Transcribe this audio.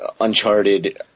Uncharted